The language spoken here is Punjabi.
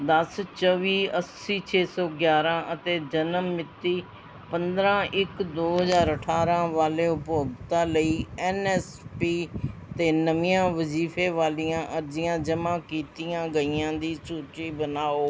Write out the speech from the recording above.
ਦਸ ਚੌਵੀ ਅੱਸੀ ਛੇ ਸੌ ਗਿਆਰ੍ਹਾਂ ਅਤੇ ਜਨਮ ਮਿਤੀ ਪੰਦਰਾਂ ਇੱਕ ਦੋ ਹਜ਼ਾਰ ਅਠਾਰ੍ਹਾਂ ਵਾਲੇ ਉਪਭੋਗਤਾ ਲਈ ਐੱਨ ਐੱਸ ਪੀ 'ਤੇ ਨਵੀਆਂ ਵਜ਼ੀਫ਼ੇ ਵਾਲੀਆਂ ਅਰਜ਼ੀਆਂ ਜਮ੍ਹਾਂ ਕੀਤੀਆਂ ਗਈਆਂ ਦੀ ਸੂਚੀ ਬਣਾਉ